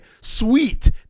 sweet